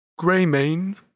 Greymane